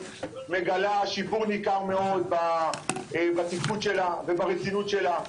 מגלה שיפור ניכר מאוד בתפקוד שלה וברצינות שלה,